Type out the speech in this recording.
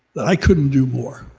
that i couldn't do more.